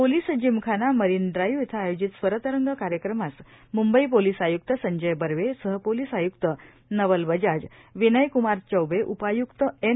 police Gymkhana marine drive इथं आयोजित स्वरतरंग कार्यक्रमास म्ंबई पोलीस आय्क्त संजय बर्वेए सहपोलीस आय्क्त नवल बजाजए विनयक्मार चौंबेए उपाय्क्त एन